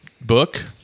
book